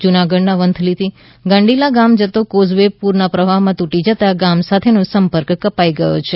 જુનાગઢ ના વંથલી થી ગાંઠીલા ગામ જતો કોઝ વે પૂરના પ્રવાહ માં તૂટી જતાં ગામ સાથેનો સંપર્ક કપાઈ ગયો છે